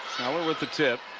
sneller with the tip